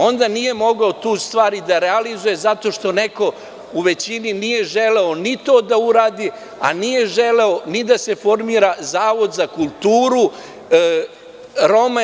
Onda nije mogao tu stvar i da realizuje zato što neko u većini nije želeo ni to da uradi, a nije želeo ni da se formira zavod za kulturu Roma.